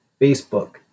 Facebook